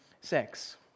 sex